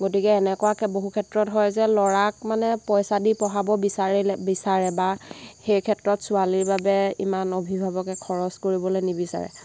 গতিকে এনেকুৱাকৈ বহু ক্ষেত্ৰত হয় যে ল'ৰাক মানে পইচা দি পঢ়াব বিচাৰিলে বিচাৰে বা সেই ক্ষেত্ৰত ছোৱালীৰ বাবে ইমান অভিভাৱকে খৰচ কৰিবলৈ নিবিচাৰে